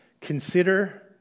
Consider